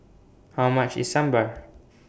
How much IS Sambar